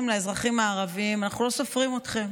אומרת לאזרחים הערבים: אנחנו לא סופרים אתכם.